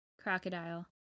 crocodile